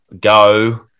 go